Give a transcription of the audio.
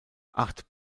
acht